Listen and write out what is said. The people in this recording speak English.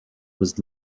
was